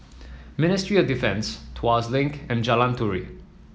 Ministry of Defence Tuas Link and Jalan Turi